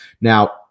Now